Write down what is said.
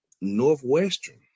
Northwestern